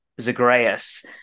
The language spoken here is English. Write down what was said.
zagreus